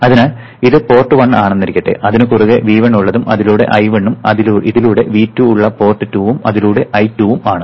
അതിനാൽ ഇത് പോർട്ട് 1 ആണെന്നിരിക്കട്ടെ അതിന് കുറുകെ V1 ഉള്ളതും അതിലൂടെ I1 ഉം ഇതിലൂടെ V2 ഉള്ള പോർട്ട് 2 ഉം അതിലൂടെ I2 ഉം ആണ്